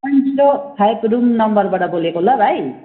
one zero five room नम्बरबाट बोलेको ल भाइ